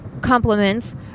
compliments